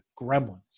Gremlins